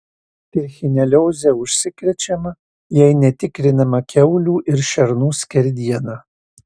trichinelioze užsikrečiama jei netikrinama kiaulių ir šernų skerdiena